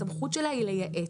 הסמכות שלה היא לייעץ.